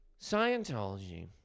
Scientology